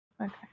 Okay